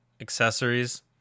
accessories